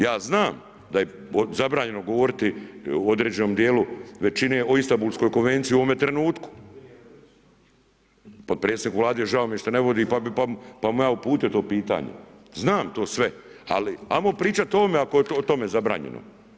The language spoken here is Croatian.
Ja znam da je zabranjeno govoriti u određenom djelu većine o Istanbulskoj konvenciji u ovome trenutku, potpredsjednik Vlade žao mi je što ne vodi pa bi mu ja uputio to pitanje, znam to sve, ali ajmo pričati o ovome ako je o tome zabranjeno.